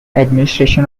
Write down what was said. administration